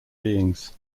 beings